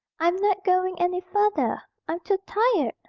i'm not going any farther, i'm too tired!